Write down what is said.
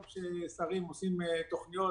טוב ששרים עושים תוכניות.